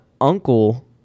uncle